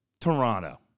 Toronto